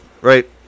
Right